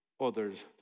others